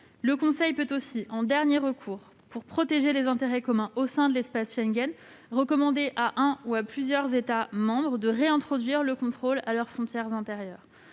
Le Conseil peut aussi en dernier recours, pour protéger les intérêts communs au sein de l'espace Schengen, recommander à des États membres de réintroduire le contrôle à leurs frontières intérieures.